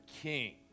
king